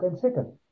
Second